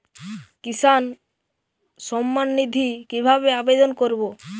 কিষান সম্মাননিধি কিভাবে আবেদন করব?